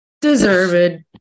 Deserved